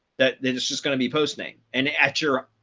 that that it's just going to be posting and at your,